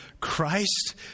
Christ